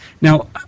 Now